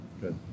Good